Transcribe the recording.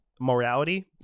morality